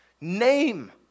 Name